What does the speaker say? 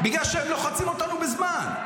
בגלל שהם לוחצים אותנו בזמן.